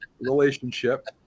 relationship